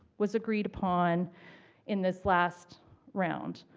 was agreed upon in this last round.